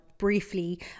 Briefly